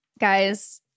Guys